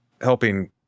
helping